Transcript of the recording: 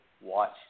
watch